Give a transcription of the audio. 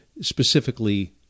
specifically